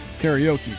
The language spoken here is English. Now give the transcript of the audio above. karaoke